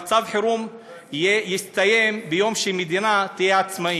מצב חירום יסתיים ביום שהמדינה תהיה עצמאית,